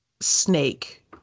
snake